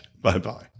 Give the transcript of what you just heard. Bye-bye